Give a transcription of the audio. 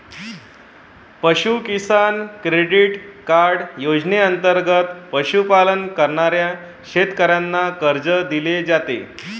पशु किसान credit card योजनेंतर्गत पशुपालन करणाऱ्या शेतकऱ्यांना कर्ज दिले जाते